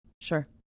Sure